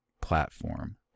platform